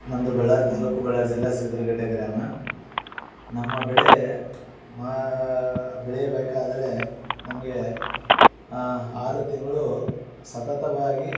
ನಮ್ಮದು ಬಳ್ಳಾರಿ ತಾಲೂಕು ಬಳ್ಳಾರಿ ಜಿಲ್ಲಾ ಸಿದ್ರಗಟ್ಟೆ ಗ್ರಾಮ ನಮ್ಮ ಬೆಳೆ ಮಾ ಬೆಳೆಯಬೇಕಾದರೆ ನಮಗೆ ಆರು ತಿಂಗಳು ಸತತವಾಗಿ